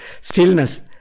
stillness